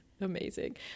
amazing